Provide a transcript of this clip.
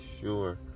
sure